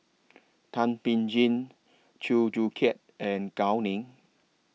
Thum Ping Tjin Chew Joo Chiat and Gao Ning